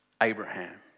Abraham